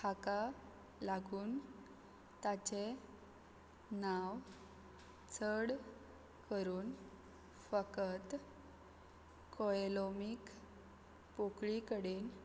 हाका लागून ताचें नांव चड करून फकत कॉयलोमीक पोकळी कडेन